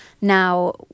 now